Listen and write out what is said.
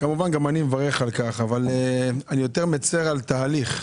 כמובן שגם אני מברך על כך, רק אני מצר על התהליך.